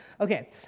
Okay